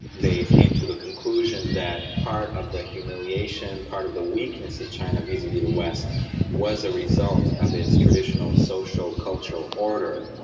they came to the conclusion that part of the humiliation, part of the weakness of china vis-a-vis the west was a result of its traditional social cultural order,